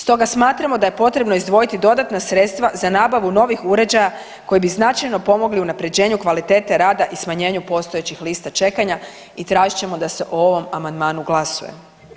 Stoga smatramo da je potrebno izdvojiti dodatna sredstva za nabavu novih uređaja koji bi značajno pomogli unaprjeđenju kvalitete rada i smanjenju postojećih lista čekanja i tražit ćemo da se o ovom amandmanu glasuje.